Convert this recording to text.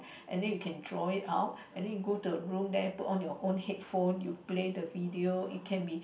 and then you can draw it out and then you go to a room there put on your own headphone you play the video it can be